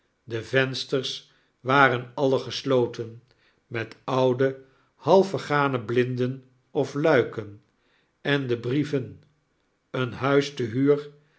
de vensters waren alien gesloten met oude half vergane blinden of luiken en de brieven een huis te